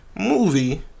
movie